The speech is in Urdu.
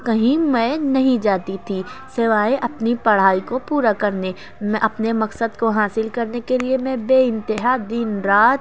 کہیں میں نہیں جاتی تھی سوائے اپنی پڑھائی کو پورا کرنے میں اپنے مقصد کو حاصل کرنے کے لیے میں بے انتہا دن رات